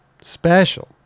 special